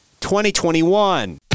2021